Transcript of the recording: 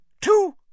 two